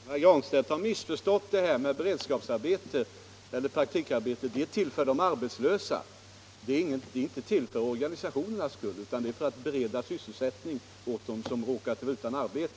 Herr talman! Herr Granstedt har missförstått innebörden i ordet praktikarbete. Praktikarbete är till för de arbetslösa. Det är inte till för organisationernas skull utan för att bereda sysselsättning åt dem som råkat bli utan arbete.